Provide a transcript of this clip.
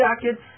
jackets